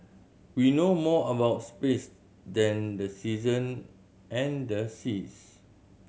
we know more about space than the season and the seas